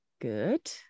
Good